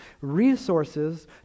resources